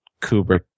Kubrick